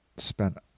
spent